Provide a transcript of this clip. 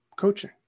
coaching